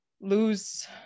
lose